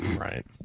Right